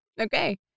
okay